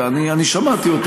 ידענו שמסתיימת